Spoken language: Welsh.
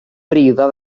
brifo